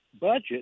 budget